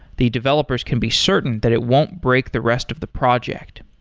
the developers can be certain that it won't break the rest of the project.